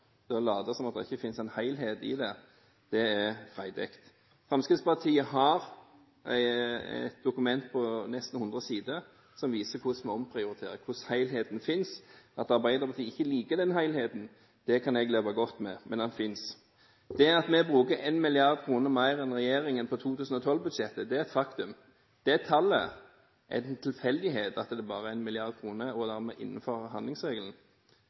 det å late som om det ikke finnes en helhet i det, er freidig. Fremskrittspartiet har et dokument på nesten 100 sider som viser hvordan vi omprioriterer, hvordan helheten finnes. Det at Arbeiderpartiet ikke liker den helheten, kan jeg leve godt med, men den finnes. Det at vi bruker 1 mrd. kr mer enn regjeringen i 2012-budsjettet, er et faktum. Det tallet – er det en tilfeldighet at det bare er én milliard kroner og dermed innenfor handlingsregelen?